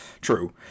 True